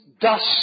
dust